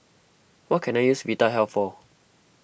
what can I use Vitahealth for